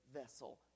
vessel